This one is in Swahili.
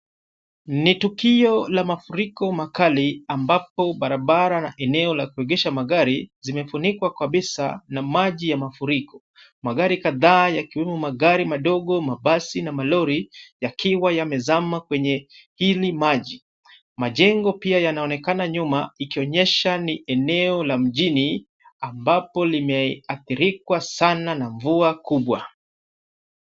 Ni tukio la mafuriko makali ambapo barabara na eneo la kuegesha magari zimefunikwa kabisa na maji ya mafuriko. Magari kadhaa yakiwemo magari madogo, mabasi, na malori yakiwa yamezama kwenye hili maji. Majengo pia yanaonekana nyuma ikionyesha ni eneo la mjini ambapo limeathirikwa sana na mvua kubwa.